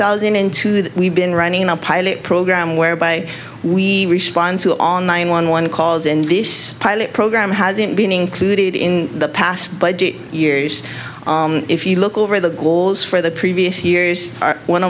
thousand and two that we've been running a pilot program whereby we respond to all nine one one calls and this pilot program hasn't been included in the past years if you look over the goals for the previous years one